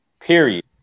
period